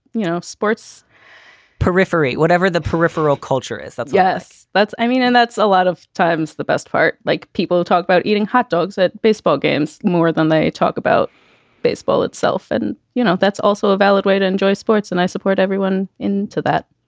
you know, sports periphery, whatever the peripheral culture is. yes. that's i mean, and that's a lot of times the best part. like people talk about eating hotdogs at baseball games more than they talk about baseball itself. and, you know, that's also a valid way to enjoy sports. and i support everyone into that.